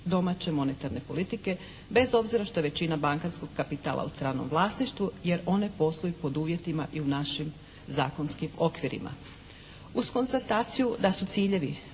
domaće monetarne politike bez obzira što je većina bankarskog kapitala u stranom vlasništvu jer one posluju pod uvjetima i u našim zakonskim okvirima. Uz konstataciju da su ciljevi